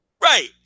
Right